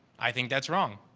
i think that's wrong.